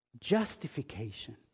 justification